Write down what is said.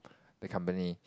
the company